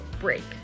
break